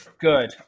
Good